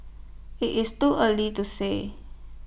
IT is too early to say